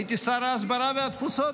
הייתי שר ההסברה והתפוצות,